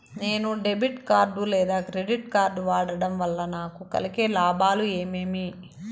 నేను debit card లేదా credit card వాడడం వల్ల నాకు కలిగే లాభాలు ఏమేమీ?